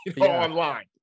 online